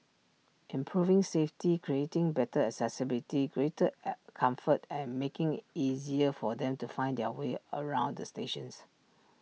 improving safety creating better accessibility greater comfort and making IT easier for them to find their way around the stations